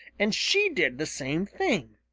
and she did the same thing.